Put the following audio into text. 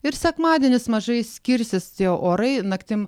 ir sekmadienis mažai skirsis tie orai naktim